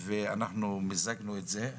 אנחנו מיזגנו את זה,